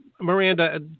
miranda